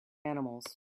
animals